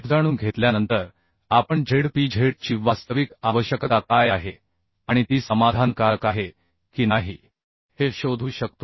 जाणून घेतल्यानंतर आपण Zpz ची वास्तविक आवश्यकता काय आहे आणि ती समाधानकारक आहे की नाही हे शोधू शकतो